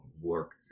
work